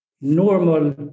normal